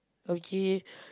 okay